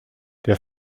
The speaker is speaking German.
der